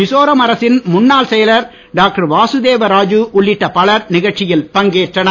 மிசோரம் அரசின் முன்னாள் செயலாளர் டாக்டர் வாசுதேவ ராஜூ உள்ளிட்ட பலர் நிகழ்ச்சியில் பங்கேற்றனர்